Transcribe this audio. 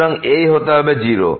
সুতরাং এই হতে হবে 0